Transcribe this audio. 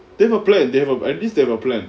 they have a plan they've a at least they have a plan